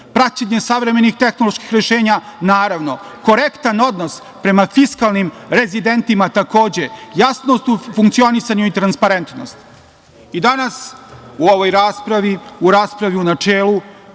praćenje savremenih tehnoloških rešenja, naravno, korektan odnos prema fiskalnim rezidentima, takođe, jasnost u funkcionisanju i transparentnost. Danas, u ovoj raspravi, u raspravi u načelu,